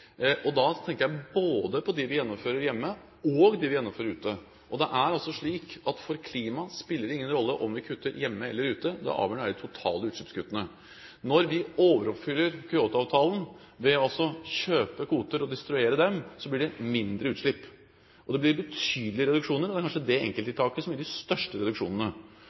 og da tenker jeg både på dem vi gjennomfører hjemme, og dem vi gjennomfører ute. Det er altså slik at for klimaet spiller det ingen rolle om vi kutter hjemme eller ute. Det avgjørende er de totale utslippskuttene. Når vi overoppfyller Kyoto-avtalen ved å kjøpe kvoter og destruere dem, blir det mindre utslipp, og det blir betydelige reduksjoner. Det er kanskje det enkelttiltaket som gir de største reduksjonene.